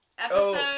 episode